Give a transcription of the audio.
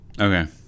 Okay